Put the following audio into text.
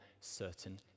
certain